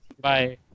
bye